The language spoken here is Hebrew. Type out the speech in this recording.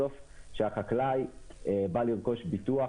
בסוף כשהחקלאי בא לרכוש ביטוח,